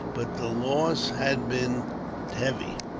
but the loss had been heavy,